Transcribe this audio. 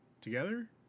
together